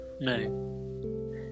No